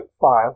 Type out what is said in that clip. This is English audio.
file